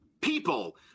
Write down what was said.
people